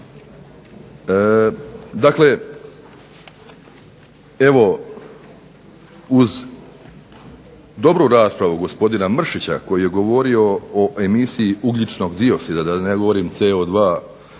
Dakle, evo uz dobru raspravu gospodina Mršića koji je govorio o emisiji ugljičnog dioksida da ne govorim CO2